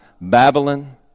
Babylon